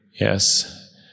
Yes